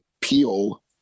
peel